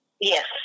Yes